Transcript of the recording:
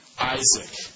Isaac